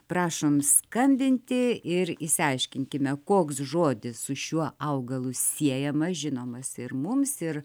prašom skambinti ir išsiaiškinkime koks žodis su šiuo augalu siejamas žinomas ir mums ir